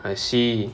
I see